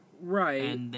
Right